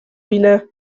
winę